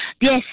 Yes